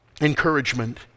encouragement